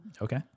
Okay